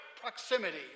proximity